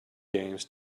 games